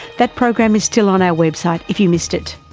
that program is still on our website if you missed it.